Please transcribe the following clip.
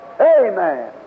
Amen